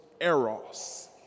Eros